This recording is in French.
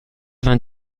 vingt